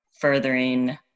furthering